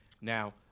now